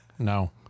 No